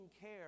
care